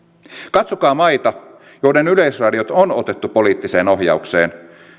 katsokaa maita joiden yleisradiot on on otettu poliittiseen ohjaukseen